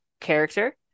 character